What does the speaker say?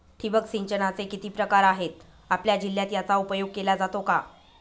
ठिबक सिंचनाचे किती प्रकार आहेत? आपल्या जिल्ह्यात याचा उपयोग केला जातो का?